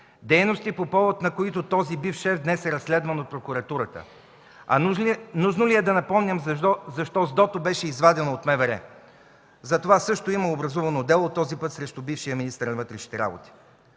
дейности, по повод на които този бивш шеф днес е разследван от прокуратурата? А нужно ли е да напомням защо СДОТО беше извадено от МВР? За това също има образувано дело, този път срещу бившия министър на вътрешните работи.